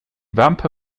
wampe